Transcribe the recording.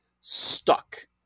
stuck